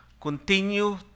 continue